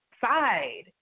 side